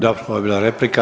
Dobro, ovo je bila replika.